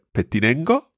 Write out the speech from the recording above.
Pettinengo